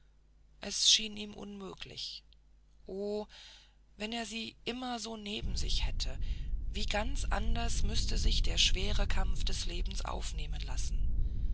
es schien ihm unmöglich oh wenn er sie immer so neben sich hätte wie ganz anders müßte sich der schwere kampf des lebens aufnehmen lassen